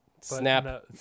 Snap